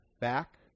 back